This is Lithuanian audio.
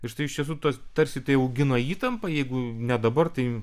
ir tai iš tiesų tas tarsi tai augina įtampą jeigu ne dabar tai